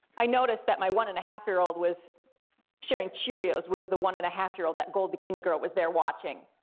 i noticed that my one and a half year old was sharing cheerios with the one and a half year old that gold bikini girl was there watching,